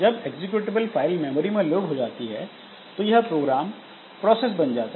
जब executable file memory में load हो जाती है तो यह प्रोग्राम प्रोसेस बन जाता है